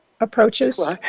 approaches